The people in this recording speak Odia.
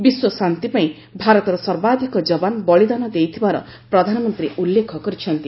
ବିଶ୍ୱ ଶାନ୍ତି ପାଇଁ ଭାରତର ସର୍ବାଧିକ ଯବାନ ବଳିଦାନ ଦେଇଥିବାର ପ୍ରଧାନମନ୍ତ୍ରୀ ଉଲ୍ଲେଖ କରିଛନ୍ତି